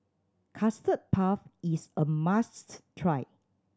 Custard Puff is a must try